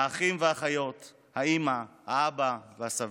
האחים והאחיות, האימא, האבא והסבים.